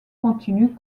continu